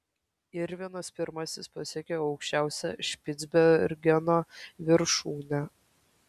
irvinas pirmasis pasiekė aukščiausią špicbergeno viršūnę